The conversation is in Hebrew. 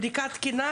בדיקה תקינה?